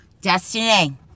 Destiny